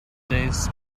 days